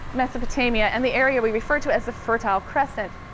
mesopotamia and the area we refer to as the fertile crescent,